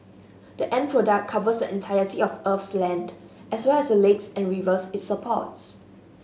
the end product covers the entirety of Earth's land as well as the lakes and rivers it supports